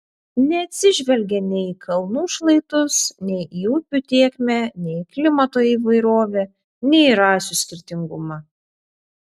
neatsižvelgė nei į kalnų šlaitus nei į upių tėkmę nei į klimato įvairovę nei į rasių skirtingumą